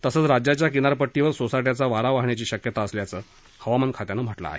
तसंच राज्याच्या किनारपट्टीवर सोसाटयाचा वारा वाहण्याची शक्यता असल्याचं हवामान खात्यानं म्हटलं आहे